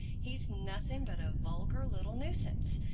he's nothing but a vulgar little nuisance.